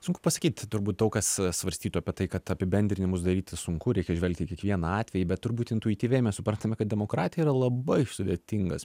sunku pasakyt turbūt daug kas svarstytų apie tai kad apibendrinimus daryti sunku reikia žvelgti į kiekvieną atvejį bet turbūt intuityviai mes suprantame kad demokratija yra labai sudėtingas